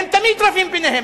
הם תמיד רבים ביניהם,